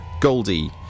Goldie